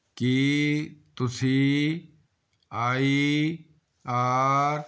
ਕੀ ਤੁਸੀਂ ਆਈ ਆਰ